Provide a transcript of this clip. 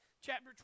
chapter